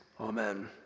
Amen